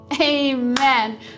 Amen